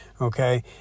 Okay